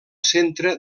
centre